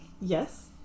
yes